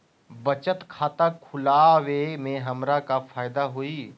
बचत खाता खुला वे में हमरा का फायदा हुई?